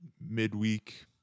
midweek